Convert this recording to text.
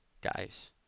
guys